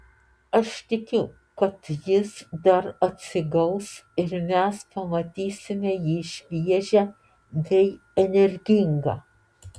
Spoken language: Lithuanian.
aš tikiu kad jis dar atsigaus ir mes pamatysime jį šviežią bei energingą